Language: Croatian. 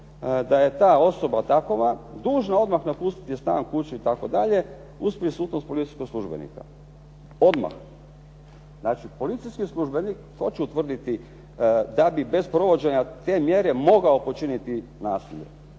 da je ta osoba takva dužna odmah napustiti stan, kuću itd. uz prisutnost policijskog službenika. Odmah. Znači policijski službenik to će utvrditi da bi bez provođenja te mjere mogao počiniti nasilje.